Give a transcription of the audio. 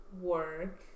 work